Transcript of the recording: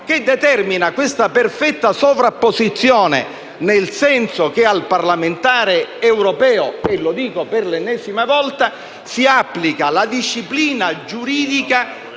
che determina questa perfetta sovrapposizione, nel senso che al parlamentare europeo - lo dico per l'ennesima volta - si applica la disciplina giuridica